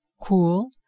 cool